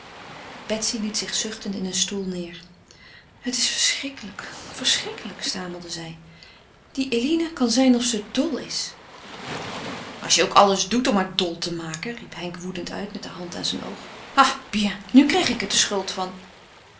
betsy liet zich zuchtend in een stoel neer het is verschrikkelijk verschrikkelijk stamelde zij die eline kan zijn of ze dol is als je ook alles doet om haar dol te maken riep henk woedend uit met de hand aan zijn oog ah bien nu krijg ik er de schuld van